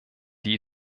die